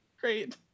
Great